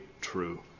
true